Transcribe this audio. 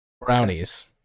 Brownies